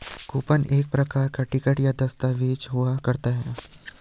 coupon एक प्रकार का टिकट या दस्ताबेज हुआ करता है